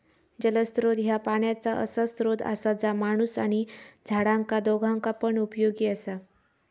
जलस्त्रोत ह्या पाण्याचा असा स्त्रोत असा जा माणूस आणि झाडांका दोघांका पण उपयोगी असा